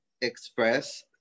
express